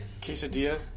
quesadilla